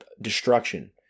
destruction